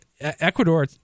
Ecuador